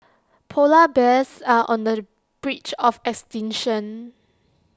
Polar Bears are on the branch of extinction